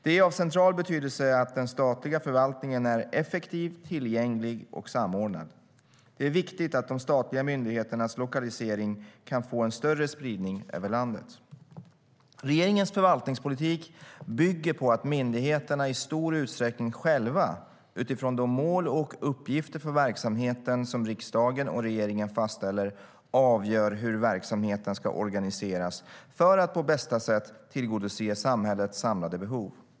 Det är av central betydelse att den statliga förvaltningen är effektiv, tillgänglig och samordnad. Det är viktigt att de statliga myndigheternas lokalisering kan få en större spridning över landet. Regeringens förvaltningspolitik bygger på att myndigheterna i stor utsträckning själva, utifrån de mål och uppgifter för verksamheten som riksdagen och regeringen fastställer, avgör hur verksamheten ska organiseras för att på bästa sätt tillgodose samhällets samlade behov.